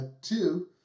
Two